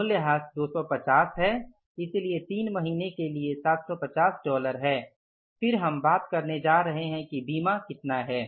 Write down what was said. मूल्यह्रास 250 है इसलिए तीन महीने के लिए 750 डॉलर है फिर हम बात करने जा रहे हैं कि बीमा कितना है